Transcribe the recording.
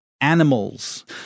animals